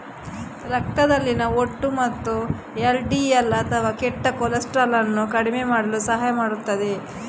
ರಕ್ತದಲ್ಲಿನ ಒಟ್ಟು ಮತ್ತು ಎಲ್.ಡಿ.ಎಲ್ ಅಥವಾ ಕೆಟ್ಟ ಕೊಲೆಸ್ಟ್ರಾಲ್ ಅನ್ನು ಕಡಿಮೆ ಮಾಡಲು ಸಹಾಯ ಮಾಡುತ್ತದೆ